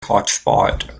hotspot